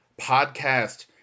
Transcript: podcast